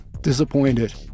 disappointed